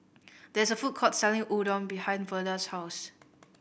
there is a food court selling Udon behind Verda's house